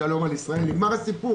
ושלום על ישראל, נגמר הסיפור.